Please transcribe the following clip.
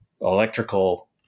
electrical